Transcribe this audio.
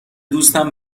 دوستم